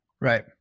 Right